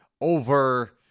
over